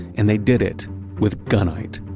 and they did it with gunite.